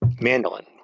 Mandolin